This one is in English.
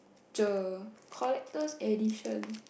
the collector edition